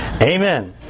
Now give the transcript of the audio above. Amen